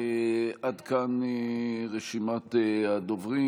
עד כאן רשימת הדוברים.